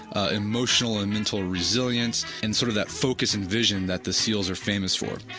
ah emotional and mental resilience and sort of that focus and vision that the seals are famous for.